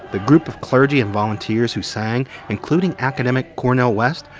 the group of clergy and volunteers who sang, including academic cornel west,